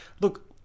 look